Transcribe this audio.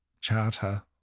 charter